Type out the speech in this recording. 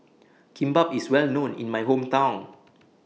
Kimbap IS Well known in My Hometown